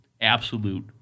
absolute